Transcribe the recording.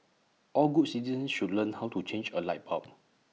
all good citizens should learn how to change A light bulb